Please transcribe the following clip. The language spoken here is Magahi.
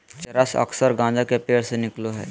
चरस अक्सर गाँजा के पेड़ से निकलो हइ